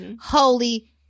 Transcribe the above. holy